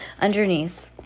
Underneath